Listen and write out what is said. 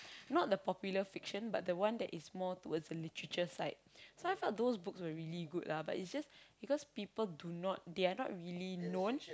not the popular fiction but the one that is more towards the literature side so I felt those books were really good lah but it's just because people do not they are not really known